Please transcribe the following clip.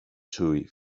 chewy